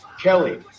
Kelly